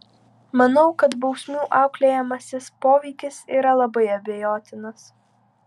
manau kad bausmių auklėjamasis poveikis yra labai abejotinas